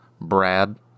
Brad